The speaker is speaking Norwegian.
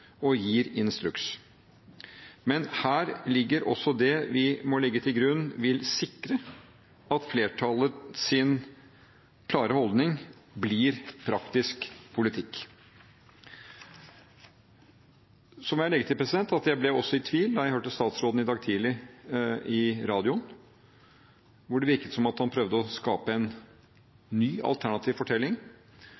og gir instruks. Men her ligger også det vi må legge til grunn vil sikre at flertallets klare holdning blir praktisk politikk. Så vil jeg legge til at også jeg ble i tvil da jeg hørte statsråden i radioen i dag tidlig, der det virket som om han prøvde å skape en